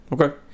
Okay